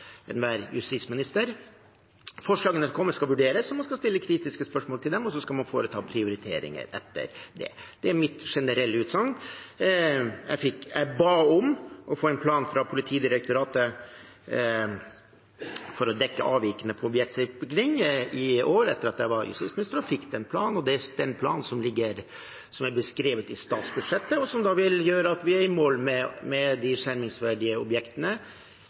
enhver justisminister. Forslagene som kommer, skal vurderes, man skal stille kritiske spørsmål til dem, og så skal man foreta prioriteringer etter det. Det er mitt generelle utsagn. Jeg ba om å få en plan fra Politidirektoratet for å dekke avvikene på objektsikring – i år, etter at jeg ble justisminister – og fikk den planen. Det er den planen som er beskrevet i statsbudsjettet, og som vil gjøre at vi er i mål med de skjermingsverdige objektene